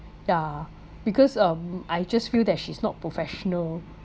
yeah because um I just feel that she's not professional